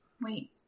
Wait